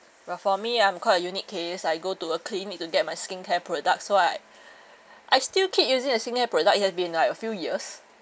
well for me I'm quite a unique case I go to a clinic to get my skincare products so I I still keep using the skincare product it has been like a few years